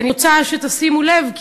אני רוצה שתשימו לב,